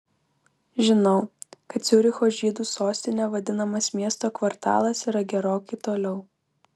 žinau kad ciuricho žydų sostine vadinamas miesto kvartalas yra gerokai toliau